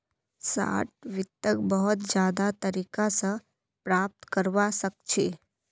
short वित्तक बहुत ज्यादा तरीका स प्राप्त करवा सख छी